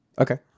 Okay